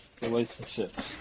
Relationships